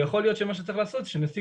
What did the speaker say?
ויכול להיות שמה שצריך לעשות זה שנציג